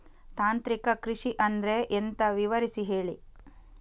ತಾಂತ್ರಿಕ ಕೃಷಿ ಅಂದ್ರೆ ಎಂತ ವಿವರಿಸಿ ಹೇಳಿ